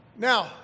Now